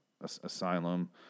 asylum